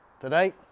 today